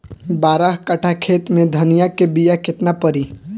बारह कट्ठाखेत में धनिया के बीया केतना परी?